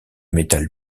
métal